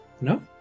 No